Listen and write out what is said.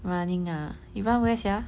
running ah you run where sia